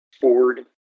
Ford